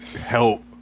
help